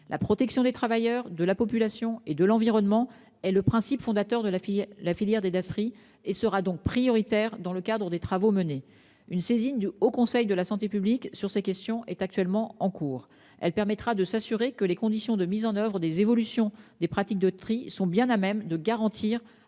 La protection des travailleurs de la population et de l'environnement et le principe fondateur de la filière, la filière des Dasri et sera donc prioritaire dans le cadre des travaux menés une saisine du Haut Conseil de la santé publique sur ces questions est actuellement en cours, elle permettra de s'assurer que les conditions de mise en oeuvre des évolutions des pratiques de tri sont bien à même de garantir